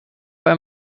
bei